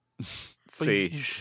see